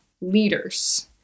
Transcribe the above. leaders